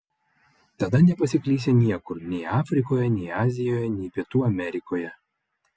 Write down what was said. tada nepasiklysi niekur nei afrikoje nei azijoje nei pietų amerikoje